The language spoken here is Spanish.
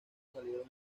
salieron